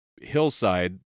hillside